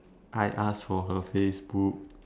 I ask for her Facebook